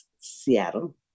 Seattle